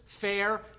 fair